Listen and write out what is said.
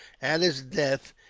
at his death,